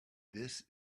this